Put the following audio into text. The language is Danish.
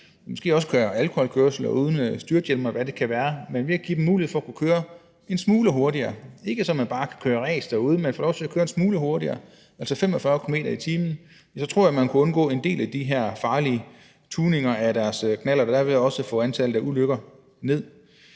måske også kører alkoholkørsel og uden styrthjelm, og hvad det kan være. Men ved at give dem mulighed for at kunne køre en smule hurtigere, ikke så man bare kan køre ræs derude, men så man får lov til at køre en smule hurtigere, altså 45 km/t., tror jeg, man kunne undgå en del af de her farlige tuninger af knallerter og derved også få antallet af ulykker ned.